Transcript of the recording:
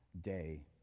day